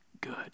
good